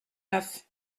neuf